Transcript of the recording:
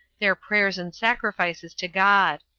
their prayers and sacrifices to god.